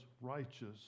righteous